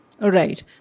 Right